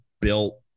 built